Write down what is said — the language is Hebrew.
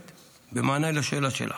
במענה על השאלה שלך.